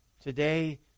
Today